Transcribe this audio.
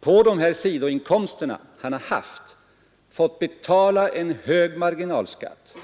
På dessa sidoinkomster har den här mannen fått betala en hög marginalskatt,